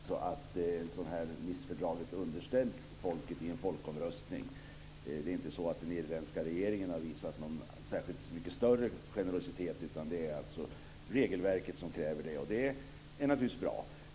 Fru talman! Låt mig göra en kort kommenterar. Irlands författning kräver alltså att Nicefördraget underställs folket i en folkomröstning. Det är inte så att den irländska regeringen har visat någon särskilt mycket större generositet utan det är alltså regelverket som kräver detta. Det är naturligtvis bra.